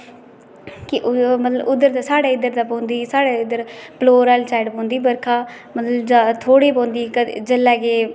कि मतलब उद्धर ते साढ़े उदर ते पौंदी साढ़े इद्धर बलौर आहली साइड पौंदी बर्खा मतलब ज्यादा थोह्ड़ी पौंदी कदें जिसले के